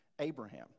Abraham